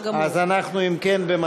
אם כן, אנחנו במצב